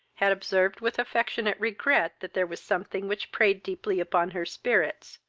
had observed with affectionate regret that there was something which preyed deeply upon her spirits,